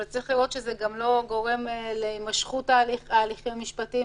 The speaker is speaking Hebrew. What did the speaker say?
אבל צריך לראות שזה גם לא גורם להימשכות ההליכים המשפטיים.